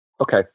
Okay